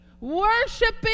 worshiping